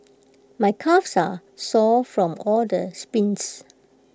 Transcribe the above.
my calves are sore from all the sprints